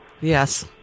Yes